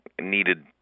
needed